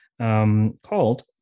called